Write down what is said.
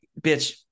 bitch